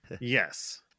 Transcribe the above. Yes